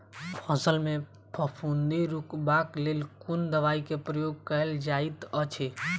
फसल मे फफूंदी रुकबाक लेल कुन दवाई केँ प्रयोग कैल जाइत अछि?